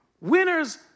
Winners